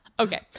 Okay